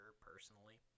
personally